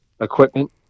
equipment